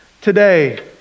today